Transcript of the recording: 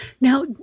Now